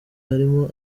harimo